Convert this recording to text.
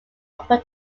open